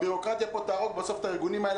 הבירוקרטיה פה תהרוג בסוף את הארגונים האלה.